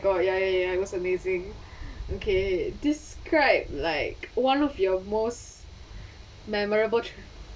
god ya ya ya it was amazing okay describe like one of your most memorable